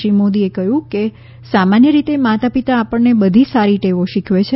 શ્રી મોદીએ કહ્યું કે સામાન્ય રીતે માતાપિતા આપણને બધી સારી ટેવો શીખવે છે